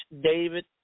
David